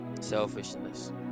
Selfishness